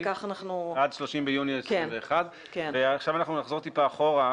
עד 30 ביוני 2021. עכשיו נחזור טיפה אחורה,